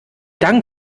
dank